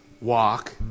Walk